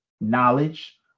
knowledge